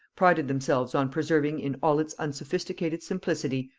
prided themselves on preserving in all its unsophisticated simplicity,